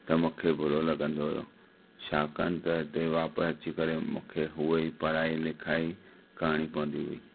त मूंखे ॿुरो लॻंदो होयो छाकाणि त हिते वापिस अची करे मूंखे हुओ ही पढ़ाई लिखाई करणी पवंदी हुई